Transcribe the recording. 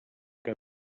del